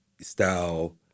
style